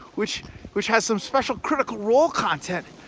which which has some special critical role content.